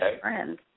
friends